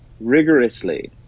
rigorously